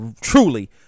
truly